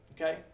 okay